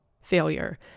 failure